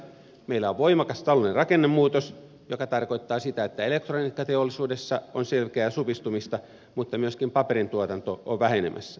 meillä on voimakas talouden rakennemuutos joka tarkoittaa sitä että elektroniikkateollisuudessa on selkeää supistumista mutta myöskin paperin tuotanto on vähenemässä